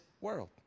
world